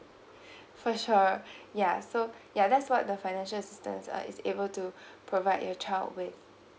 for sure yeah so yeah that's what the financial assistance uh is able to provide your child with